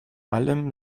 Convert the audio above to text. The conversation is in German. allem